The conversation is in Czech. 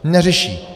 Neřeší!